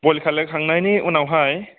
boil खालायखांनायनि उनावहाय